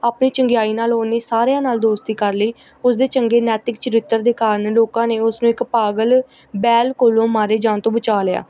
ਆਪੇ ਚੰਗਿਆਈ ਨਾਲ ਉਹਨੇ ਸਾਰਿਆਂ ਨਾਲ ਦੋਸਤੀ ਕਰ ਲਈ ਉਸਦੇ ਚੰਗੇ ਨੈਤਿਕ ਚਰਿੱਤਰ ਦੇ ਕਾਰਨ ਲੋਕਾਂ ਨੇ ਉਸਨੂੰ ਇੱਕ ਪਾਗਲ ਬੈਲ ਕੋਲੋਂ ਮਾਰੇ ਜਾਣ ਤੋਂ ਬਚਾ ਲਿਆ